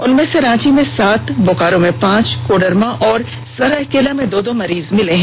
उनमें से रांची में सात बोकारो में पांच कोडरमा व सराय केला में दो दो मरीज मिले हैं